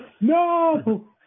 No